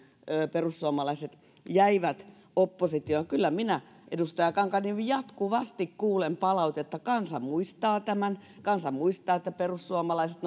perussuomalaiset jäivät oppositioon kyllä minä edustaja kankaanniemi jatkuvasti kuulen palautetta kansa muistaa tämän kansa muistaa että perussuomalaiset